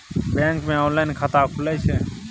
Bank मे online खाता खुले छै?